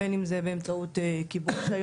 בין אם זה באמצעות כיבוי אש,